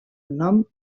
nom